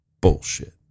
Bullshit